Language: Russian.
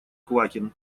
квакин